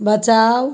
बचाउ